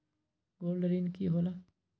Gold ऋण की होला?